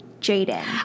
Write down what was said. Jaden